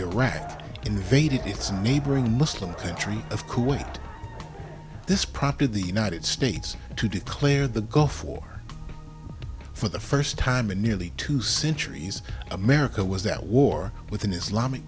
neighboring muslim country of kuwait this prompted the united states to declare the gulf war for the first time in nearly two centuries america was that war with an islamic